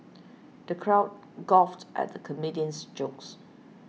the crowd guffawed at the comedian's jokes